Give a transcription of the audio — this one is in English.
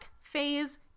phase